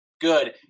good